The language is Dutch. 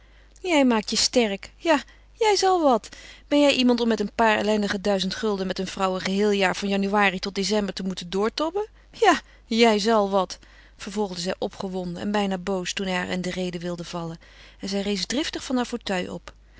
jij maakt je sterk ja jij zal wat ben jij iemand om met een paar ellendige duizend gulden met een vrouw een geheel jaar van januari tot december te moeten doortobben ja jij zal wat vervolgde zij opgewonden en bijna boos toen hij haar in de rede wilde vallen en zij rees driftig van haar fauteuil op